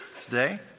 today